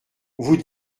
vous